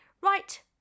right